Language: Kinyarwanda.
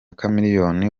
chameleone